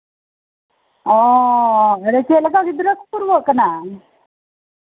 ᱚ ᱪᱮᱫ ᱞᱮᱠᱟ ᱜᱤᱫᱽᱨᱟᱹ ᱠᱚᱠᱚ ᱨᱩᱣᱟᱹᱜ ᱠᱟᱱᱟ